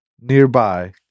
nearby